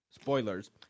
spoilers